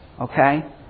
Okay